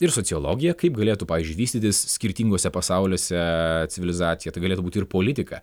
ir sociologija kaip galėtų pavyzdžiui vystytis skirtinguose pasauliuose civilizacija tai galėtų būti ir politika